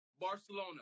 Barcelona